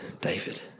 David